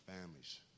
families